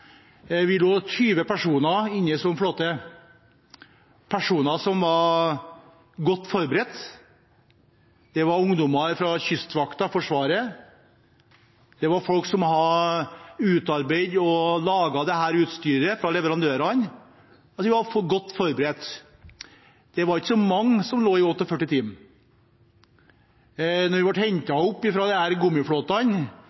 Vi lå 20 personer inne i en sånn flåte, personer som var godt forberedt. Det var ungdommer fra Kystvakten og Forsvaret. Det var folk fra leverandørene, som hadde utarbeidet og laget dette utstyret. Vi var altså godt forberedt. Det var ikke så mange som lå i 48 timer. Da vi ble